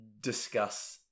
discuss